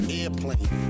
airplane